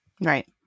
Right